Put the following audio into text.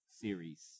series